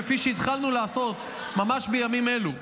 כפי שהתחלנו לעשות ממש בימים אלה.